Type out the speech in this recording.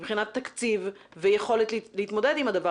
מבחינת תקציב ויכולת להתמודד עם הדבר?